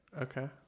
Okay